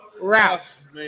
routes